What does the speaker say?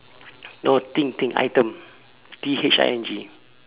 no thing thing item T H I N G